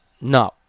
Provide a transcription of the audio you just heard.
no